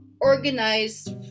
organized